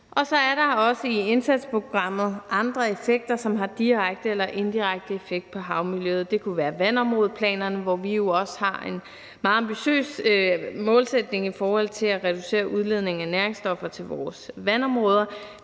Og så er der også i indsatsprogrammet andre effekter, som har direkte eller indirekte effekt på havmiljøet. Det kunne være vandområdeplanerne, hvor vi jo også har en meget ambitiøs målsætning i forhold til at reducere udledningen af næringsstoffer til vores vandområder.